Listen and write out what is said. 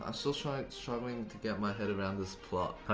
ah so so struggling to get my head around this plot. i